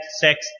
sex